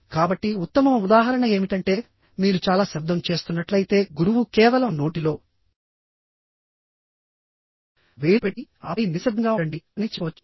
కాబట్టి ఉత్తమ ఉదాహరణ ఏమిటంటే మీరు చాలా శబ్దం చేస్తున్నట్లయితే గురువు కేవలం నోటిలో వేలు పెట్టి ఆపై నిశ్శబ్దంగా ఉండండి అని చెప్పవచ్చు